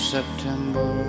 September